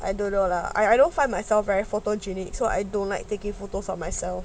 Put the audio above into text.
I don't know lah I don't find myself very photogenic so I don't like taking photos of myself